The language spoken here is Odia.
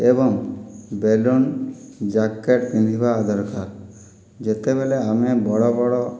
ଏବଂ ବେଲୁନ୍ ଜ୍ୟାକେଟ୍ ପିନ୍ଧିବା ଦରକାର ଯେତେବେଳେ ଆମେ ବଡ଼ ବଡ଼